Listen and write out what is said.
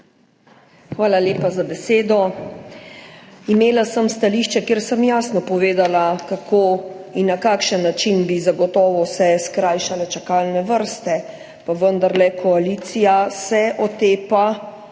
Hvala lepa za besedo. Imela sem stališče, kjer sem jasno povedala, kako in na kakšen način bi se zagotovo skrajšale čakalne vrste, pa vendarle se koalicija otepa